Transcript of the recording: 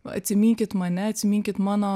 atsiminkit mane atsiminkit mano